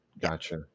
Gotcha